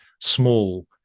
small